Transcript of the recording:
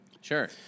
sure